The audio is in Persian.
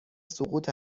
سقوط